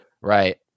Right